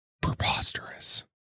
Preposterous